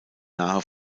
nahe